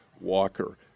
Walker